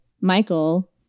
Michael